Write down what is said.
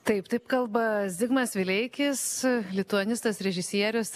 taip taip kalba zigmas vileikis lituanistas režisierius